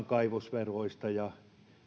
kaivosveroista ja